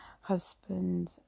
husband